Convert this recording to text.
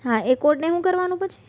હા એ કોડને શું કરવાનું પછી